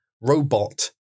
robot